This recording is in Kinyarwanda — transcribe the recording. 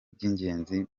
by’ingenzi